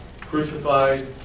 crucified